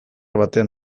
batean